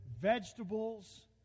vegetables